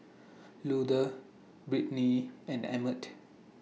Luther Brittnee and Emett